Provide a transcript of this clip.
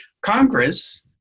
congress